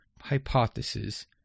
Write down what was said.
hypothesis